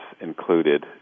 included